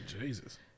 Jesus